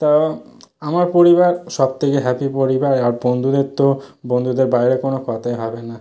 তা আমার পরিবার সব থেকে হ্যাপি পরিবার আর বন্ধুদের তো বন্ধুদের বাইরে কোনো কথাই হবে না